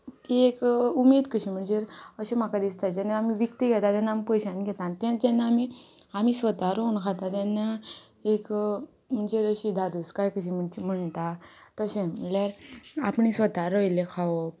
ती एक उमेद कशी म्हणजेर अशें म्हाका दिसता जेन्ना आमी विकतें घेता तेन्ना आमी पयशांनी घेता आनी तेंत जेन्ना आमी आमी स्वता रोवन खाता तेन्ना एक म्हणजेर अशी धादोसकाय कशी म्हणजे म्हणटा तशें म्हळ्ळ्यार आपणें स्वता रोयल्लें खावप